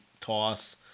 toss